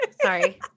sorry